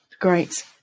great